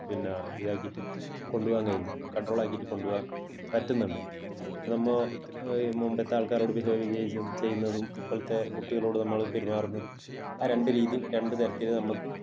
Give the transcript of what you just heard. പിന്ന ഇതാക്കിയിട്ട് കൊണ്ടുപോകാൻ കഴിയുന്നു കൺട്രോളാക്കിയിട്ട് കൊണ്ടുപോകാൻ പറ്റുന്നുണ്ട് നമ്മള് മുമ്പത്തെ ആൾക്കാരോട് ബിഹേവ് ചെയ്ജു ചെയ്യുന്നതും ഇപ്പോഴത്തെ കുട്ടികളോട് നമ്മള് പെരുമാറുന്നതും ആ രണ്ട് രീതിയും രണ്ട് തരത്തില് നമുക്ക്